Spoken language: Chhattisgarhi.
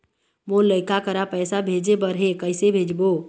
मोर लइका करा पैसा भेजें बर हे, कइसे भेजबो?